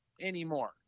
anymore